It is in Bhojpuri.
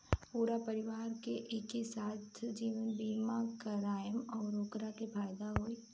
पूरा परिवार के एके साथे बीमा कईसे करवाएम और ओकर का फायदा होई?